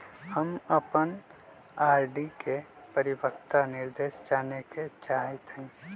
हम अपन आर.डी के परिपक्वता निर्देश जाने के चाहईत हती